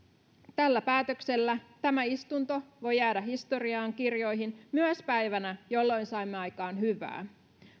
tällä päätöksellä tämä istunto voi jäädä historiankirjoihin myös päivänä jolloin saimme aikaan hyvää